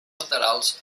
laterals